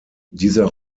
dieser